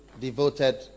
devoted